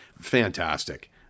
Fantastic